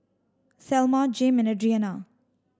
Thelma Jame and Adriana